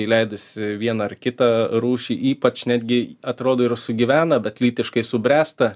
įleidusi vieną ar kitą rūšį ypač netgi atrodo ir sugyvena bet lytiškai subręsta